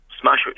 smash